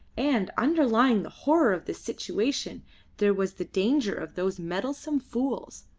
and underlying the horror of this situation there was the danger of those meddlesome fools,